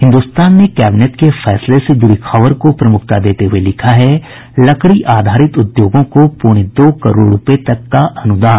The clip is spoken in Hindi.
हिन्दुस्तान ने कैबिनेट के फैसले से जुड़ी खबर को प्रमुखता देते हुये लिखा है लकड़ी आधारित उद्योगों को पौने दो करोड़ रूपये तक अनुदान